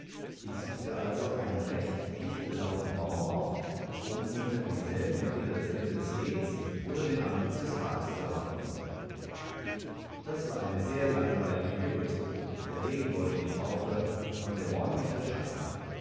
ich suchte also einen recht dicht belaubten baum auf um unter demselben entweder das ende des regens oder den anbruch des tages zu erwarten das war eine sehr langweilige geduldsprobe der regen wollte nicht aufhören und der morgen nicht erscheinen